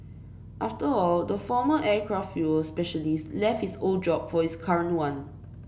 after all the former aircraft fuel specialist left his old job for his current one